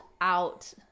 out